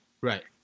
Right